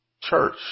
church